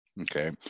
okay